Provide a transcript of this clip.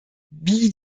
wie